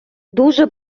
дуже